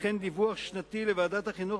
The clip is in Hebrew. וכן דיווח שנתי לוועדת החינוך,